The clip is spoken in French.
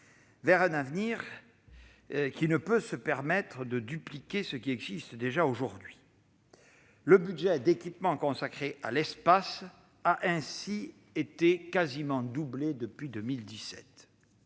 vers un avenir qui ne peut se permettre de dupliquer ce qui existe déjà. Le budget d'équipement consacré à l'espace a ainsi été quasiment doublé depuis 2017.